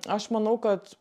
aš manau kad